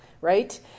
right